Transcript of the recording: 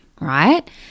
right